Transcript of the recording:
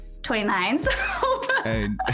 29